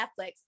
netflix